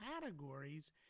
categories